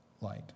light